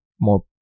more